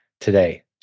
today